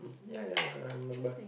yeah yeah yeah I remembered